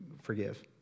forgive